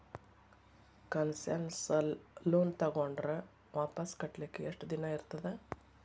Concessional loan ತಗೊಂಡ್ರ್ ವಾಪಸ್ ಕಟ್ಲಿಕ್ಕೆ ಯೆಷ್ಟ್ ದಿನಾ ಇರ್ತದ?